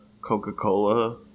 Coca-Cola